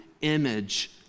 image